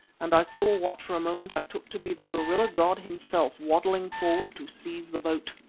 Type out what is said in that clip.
and i saw what for a moment i took to be the gorilla-god himself waddling forward to seize the boat.